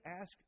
ask